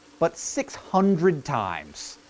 but six hundred times.